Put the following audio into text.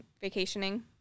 vacationing